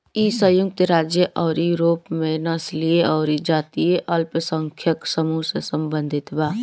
इ संयुक्त राज्य अउरी यूरोप में नस्लीय अउरी जातीय अल्पसंख्यक समूह से सम्बंधित बा